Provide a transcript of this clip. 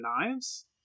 knives